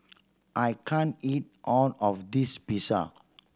I can't eat all of this Pizza